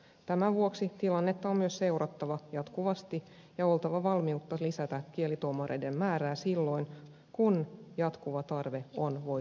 tämän vuoksi tilannetta on myös seurattava jatkuvasti ja oltava valmiutta lisätä kielituomareiden määrää silloin kun jatkuva tarve on voitu todeta